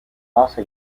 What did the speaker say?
also